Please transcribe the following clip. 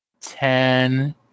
ten